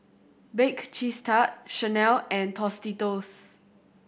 Bake Cheese Tart Chanel and Tostitos